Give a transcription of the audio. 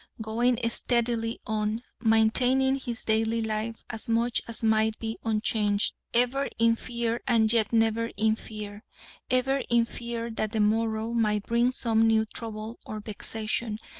going steadily on, maintaining his daily life as much as might be unchanged, ever in fear and yet never in fear ever in fear that the morrow might bring some new trouble or vexation,